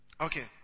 Okay